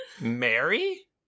Mary